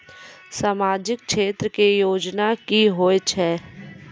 समाजिक क्षेत्र के योजना की होय छै?